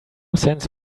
sense